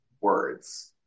words